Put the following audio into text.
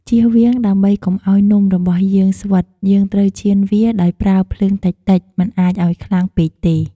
ចៀសវាង ដើម្បីកុំឱ្យនំរបស់យើងស្វិត យើងត្រូវចៀនវាដោយប្រើភ្លើងតិចៗ មិនអាចឱ្យខ្លាំងពេកទេ។